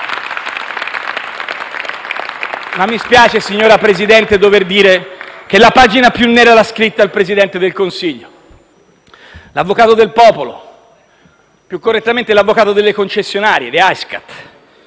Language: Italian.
dover dire, signor Presidente, che la pagina più nera l'ha scritta il Presidente del Consiglio, l'avvocato del popolo, o più correttamente l'avvocato delle concessionarie (AISCAT).